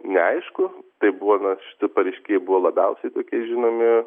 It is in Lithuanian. neaišku tai buvo na šitie pareiškėjai buvo labiausiai tokie žinomi